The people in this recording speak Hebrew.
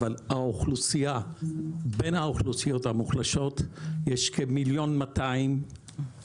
אבל בין האוכלוסיות המוחלשות יש כ-1,200,000